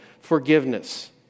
forgiveness